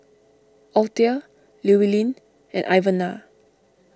Althea Llewellyn and Ivana